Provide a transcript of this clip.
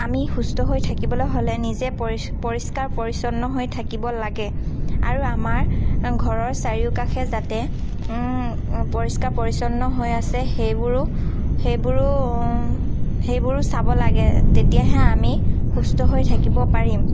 আমি সুস্থ হৈ থাকিবলৈ হ'লে নিজে পৰি পৰিষ্কাৰ পৰিচ্ছন্ন হৈ থাকিব লাগে আৰু আমাৰ ঘৰৰ চাৰিওকাষে যাতে পৰিষ্কাৰ পৰিচ্ছন্ন হৈ আছে সেইবোৰো সেইবোৰো সেইবোৰো চাব লাগে তেতিয়াহে আমি সুস্থ হৈ থাকিব পাৰিম